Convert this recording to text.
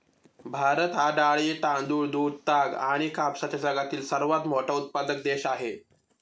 भारत हा डाळी, तांदूळ, दूध, ताग आणि कापसाचा जगातील सर्वात मोठा उत्पादक देश आहे